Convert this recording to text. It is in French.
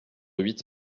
huit